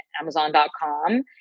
Amazon.com